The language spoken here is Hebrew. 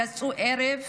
יצאו בערב,